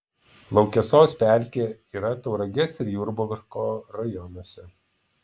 laukesos pelkė yra tauragės ir jurbarko rajonuose